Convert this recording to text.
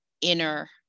inner